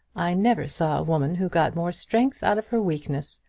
i never saw a woman who got more strength out of her weakness.